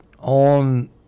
on